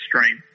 stream